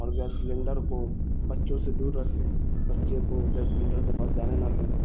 اور gas cylinder کو بچوں سے دور رکھیں بچے کو گیس سلینڈر کے پاس جانے نہ دیں